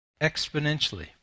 Exponentially